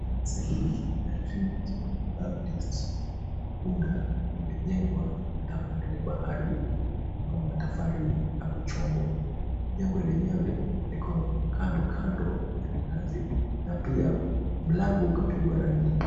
Kanisa hili la trinity baptist Ukunda limejengwa na matofali ya bahari au matofali ya kuchongwa. Jengo lenyewe liko kandokando ya minazi na pia mlango ukapigwa rangi.